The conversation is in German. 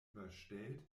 überstellt